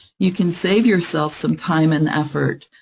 you can save yourself some time and effort,